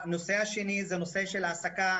הנושא השני הוא הנושא של העסקה.